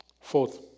Fourth